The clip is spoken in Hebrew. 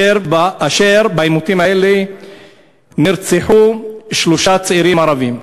ובעימותים האלה נרצחו שלושה צעירים ערבים.